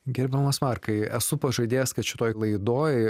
gerbiamas markai esu pažadėjęs kad šitoj laidoj